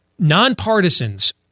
Nonpartisans